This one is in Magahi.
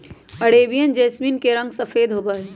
अरेबियन जैसमिन के रंग सफेद होबा हई